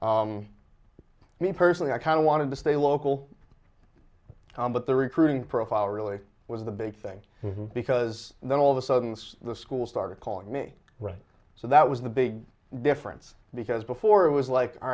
to me personally i kind of want to stay local but the recruiting profile really was the big thing because then all of a sudden the school started calling me right so that was the big difference because before it was like all